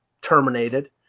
terminated